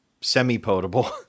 semi-potable